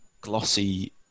glossy